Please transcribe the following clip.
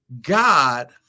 God